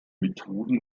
methoden